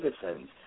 citizens